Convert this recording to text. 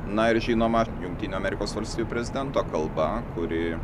na ir žinoma jungtinių amerikos valstijų prezidento kalba kuri